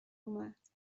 اومد